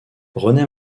rené